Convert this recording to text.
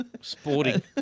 Sporting